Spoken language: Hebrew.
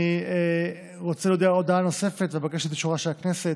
אני רוצה להודיע הודעה נוספת ולבקש את אישורה של הכנסת.